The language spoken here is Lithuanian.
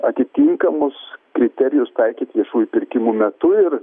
atitinkamus kriterijus taikyt viešųjų pirkimų metu ir